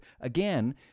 again